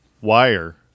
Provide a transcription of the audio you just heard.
wire